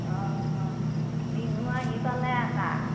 অঁ বিহু আহি পালে আকা